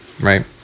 right